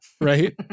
right